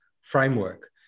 framework